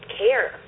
care